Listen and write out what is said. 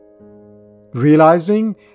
realizing